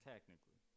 Technically